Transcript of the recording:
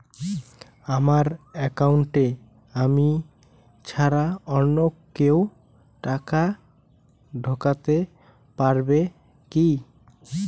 আমার একাউন্টে আমি ছাড়া অন্য কেউ টাকা ঢোকাতে পারবে কি?